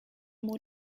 more